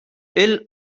ill